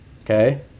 Okay